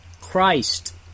Christ